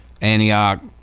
Antioch